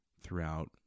throughout